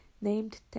named